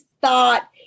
thought